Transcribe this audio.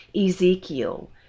Ezekiel